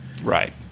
Right